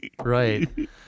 Right